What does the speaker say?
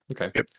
Okay